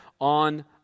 on